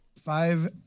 Five